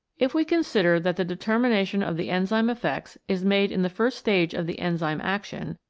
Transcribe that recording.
if we consider that the deter mination of the enzyme effects is made in the first stage of the enzyme action,